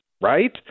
right